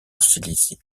cilicie